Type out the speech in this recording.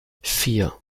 vier